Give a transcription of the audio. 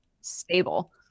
stable